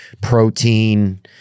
protein